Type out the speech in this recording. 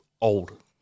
old